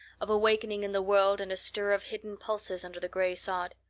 of a wakening in the world and a stir of hidden pulses under the gray sod.